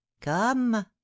come